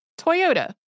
Toyota